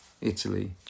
Italy